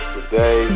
Today